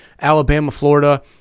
Alabama-Florida